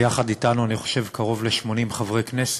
ויחד אתנו, אני חושב, קרוב ל-80 חברי כנסת.